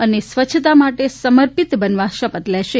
અને સ્વચ્છતા માટે સમર્પિત બનવા શપથ લેશે